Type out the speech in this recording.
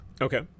Okay